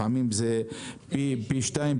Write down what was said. לפעמים זה פי שתיים,